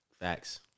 Facts